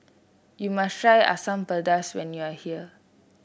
you must try Asam Pedas when you are here